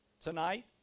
Tonight